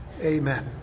Amen